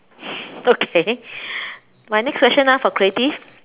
okay my next question ah for creative